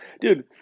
Dude